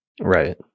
Right